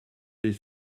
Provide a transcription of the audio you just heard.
des